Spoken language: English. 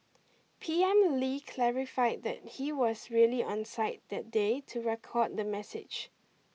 P M Lee clarified that he was really on site that day to record the message